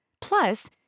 Plus